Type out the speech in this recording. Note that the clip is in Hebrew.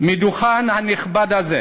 מהדוכן הנכבד הזה